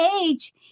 age